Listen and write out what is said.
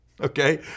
Okay